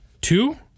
two